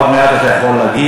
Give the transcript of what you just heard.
עוד מעט אתה יכול להגיב.